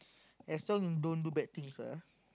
as long don't do bad things ah